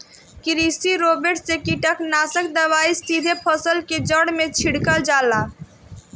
कृषि रोबोट से कीटनाशक दवाई सीधे फसल के जड़ में छिड़का जाला